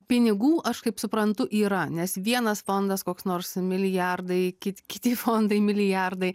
pinigų aš kaip suprantu yra nes vienas fondas koks nors milijardai kit kiti fondai milijardai